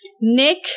Nick